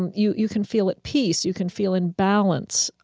and you you can feel at peace, you can feel in balance.